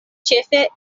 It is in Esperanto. ĉefe